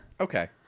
Okay